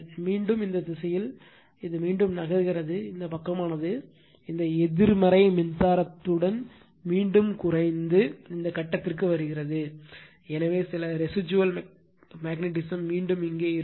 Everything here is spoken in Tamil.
மீண்டும் இந்த திசையில் மீண்டும் நகர்கிறது இந்த பக்கமானது இந்த எதிர்மறை மின்சாரத்துடன் மீண்டும் குறைந்து இந்த கட்டத்திற்கு வருகிறது எனவே சில ரேசிடுவல் மேக்னடிஸம் மீண்டும் இங்கே இருக்கும்